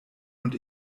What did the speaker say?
und